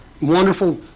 wonderful